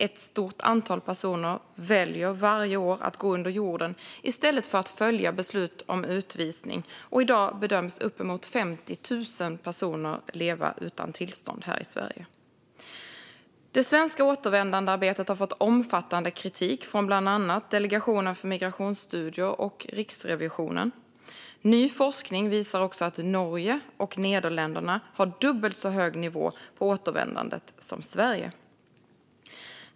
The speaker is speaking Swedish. Ett stort antal personer väljer varje år att gå under jorden i stället för att följa beslut om utvisning, och i dag bedöms uppemot 50 000 personer leva utan tillstånd i Sverige. Det svenska återvändandearbetet har fått omfattande kritik av bland andra Delegationen för migrationsstudier och Riksrevisionen. Ny forskning visar att Norge och Nederländerna har dubbelt så hög nivå på återvändandet som Sverige.